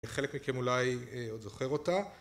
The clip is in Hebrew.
חלק מכם אולי עוד זוכר אותה